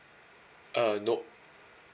uh nop